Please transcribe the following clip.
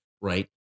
right